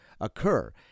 occur